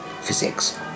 physics